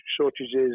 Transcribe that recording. shortages